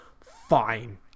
fine